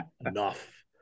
enough